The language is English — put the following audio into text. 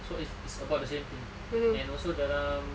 so it's it's about the same thing and also dalam